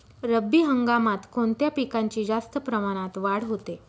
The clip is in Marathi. रब्बी हंगामात कोणत्या पिकांची जास्त प्रमाणात वाढ होते?